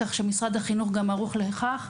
כך שמשרד החינוך ערוך גם לכך.